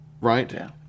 Right